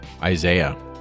Isaiah